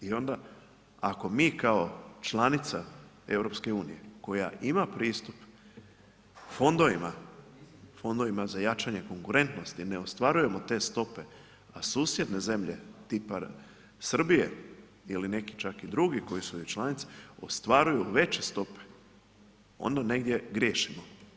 I onda ako mi kao članica EU koja ima pristup fondovima, fondovima za jačanje konkurentnosti, ne ostvarujemo te stope, a susjedne zemlje tipa Srbije ili neki čak i drugi koji su i članice, ostvaruju veće stope, onda negdje griješimo.